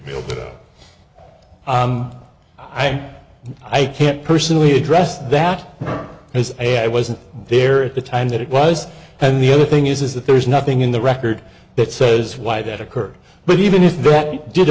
mean i can't personally address that as a i wasn't there at the time that it was and the other thing is is that there is nothing in the record that says why that occurred but even if that did